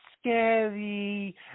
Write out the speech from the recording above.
scary